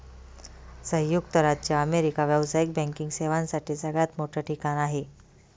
संयुक्त राज्य अमेरिका व्यावसायिक बँकिंग सेवांसाठी सगळ्यात मोठं ठिकाण आहे